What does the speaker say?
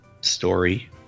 story